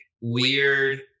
weird